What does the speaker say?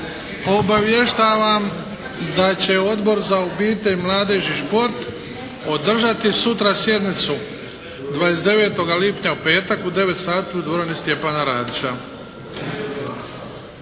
Obavještavam da će Odbor za obitelj, mladež i šport održati sutra sjednicu, 29. lipnja u petak u 9 sati u dvorani "Stjepana Radića".